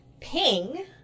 Ping